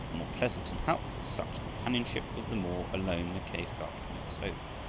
more pleasant and helpful such companionship was the more alone mackay felt when it was over.